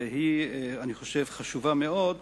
ואני חושב שהיא חשובה מאוד,